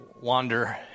wander